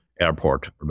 Airport